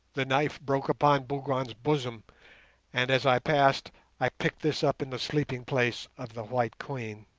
the knife broke upon bougwan's bosom and as i passed i picked this up in the sleeping-place of the white queen